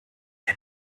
der